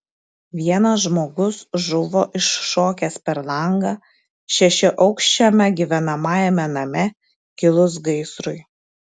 vienas žmogus žuvo iššokęs per langą šešiaaukščiame gyvenamajame name kilus gaisrui